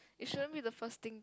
it shouldn't be the first thing